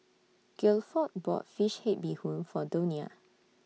Guilford bought Fish Head Bee Hoon For Donia